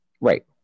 Right